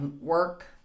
work